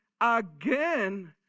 again